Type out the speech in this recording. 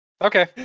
Okay